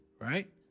right